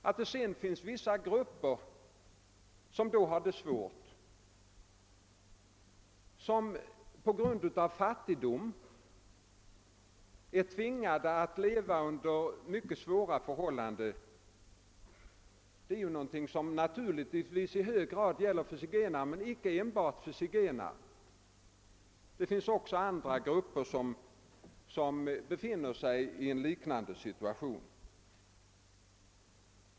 Att det sedan finns vissa grupper som har det svårt och som på grund av fattigdom är tvingade att leva under mycket svåra förhållanden är någonting som i hög grad gäller beträffande zigenarna men inte enbart dem. Även andra grupper befinner sig i en liknande situation.